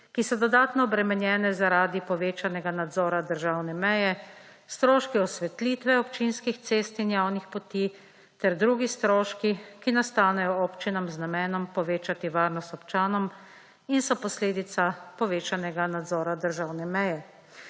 ki so dodatno obremenjene zaradi povečanega nadzora državne meje, stroški osvetlitve občinskih cest in javnih poti ter drugi stroški, ki nastanejo občinam z namenom povečati varnost občanom in so posledica povečanega nadzora državne meje.